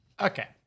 Okay